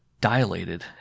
dilated